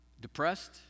depressed